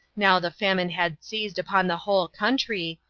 now the famine had seized upon the whole country,